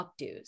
updos